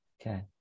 Okay